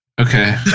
Okay